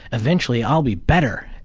eventually i'll be better.